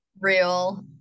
Real